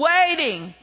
Waiting